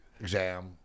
exam